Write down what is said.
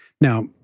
Now